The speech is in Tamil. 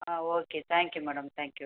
ah okay thank you madam thank you